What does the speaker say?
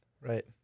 Right